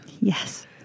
Yes